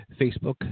Facebook